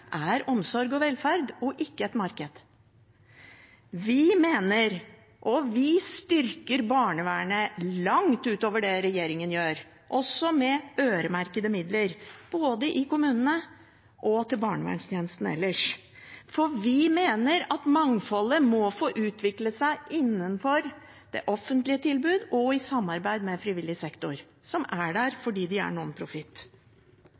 er omsorg og velferd, ikke et marked. Det mener vi, og vi styrker barnevernet langt utover det regjeringen gjør, også med øremerkede midler både i kommunene og til barnevernstjenesten ellers. For vi mener at mangfoldet må få utvikle seg innenfor det offentlige tilbud og i samarbeid med frivillig sektor, som er der